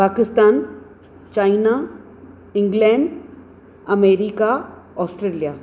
Pakistan China England America Australia